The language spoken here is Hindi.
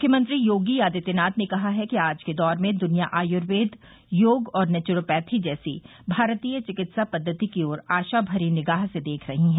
मुख्यमंत्री योगी आदित्यनाथ ने कहा है कि आज के दौर में दुनिया आयूर्वेद योग और नेच्रोपैथी जैसी भारतीय चिकित्सा पद्धति की ओर आशा भरी निगाह से देख रही है